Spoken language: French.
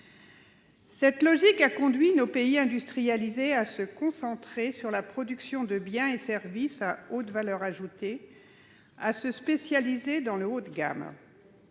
Cette logique a conduit nos pays industrialisés à se concentrer sur la production de biens et services à haute valeur ajoutée, à se spécialiser dans le haut de gamme.